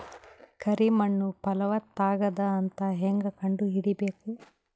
ಕರಿ ಮಣ್ಣು ಫಲವತ್ತಾಗದ ಅಂತ ಹೇಂಗ ಕಂಡುಹಿಡಿಬೇಕು?